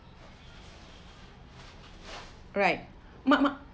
alright mama